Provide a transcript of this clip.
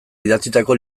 idatzitako